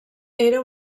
era